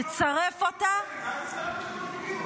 תצרף אותה --- צאי לו מהזוגיות.